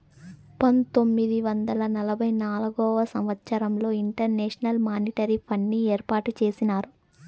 పంతొమ్మిది వందల నలభై నాల్గవ సంవచ్చరంలో ఇంటర్నేషనల్ మానిటరీ ఫండ్ని ఏర్పాటు చేసినారు